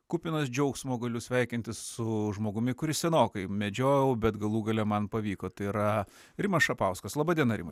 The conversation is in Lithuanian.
kupinas džiaugsmo galiu sveikintis su žmogumi kurį senokai medžiojau bet galų gale man pavyko tai yra rimas šapauskas laba diena rimai